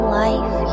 life